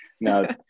no